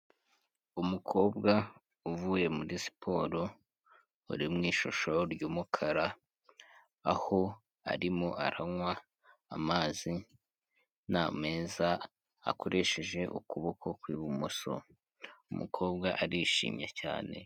Umukobwa uvuye muri siporo uri mu ishusho ry'umukara aho arimo aranywa amazi na meza akoresheje ukuboko kw'ibumoso, umukobwa arishimye cyane.